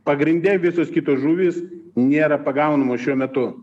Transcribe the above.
pagrinde visos kitos žuvys nėra pagaunamos šiuo metu